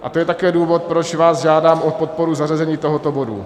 A to je také důvod, proč vás žádám o podporu zařazení tohoto bodu.